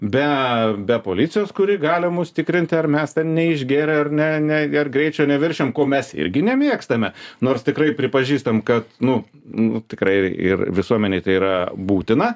be be policijos kuri gali mus tikrinti ar mes ten neišgėrę ar ne ne greičio neviršijam ko mes irgi nemėgstame nors tikrai pripažįstame kad nu nu tikrai ir visuomenei tai yra būtina